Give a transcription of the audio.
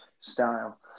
style